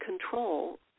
control